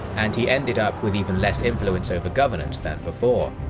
and he ended up with even less influence over governance than before.